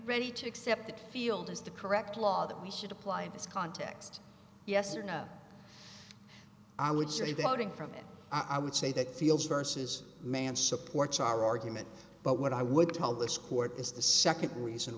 ready to accept that field is the correct law that we should apply in this context yes or no i would say that outing from it i would say that fields versus man supports our argument but what i would tell this court is the second reason